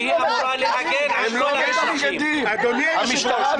היא אמורה להגן --- יש משטרה,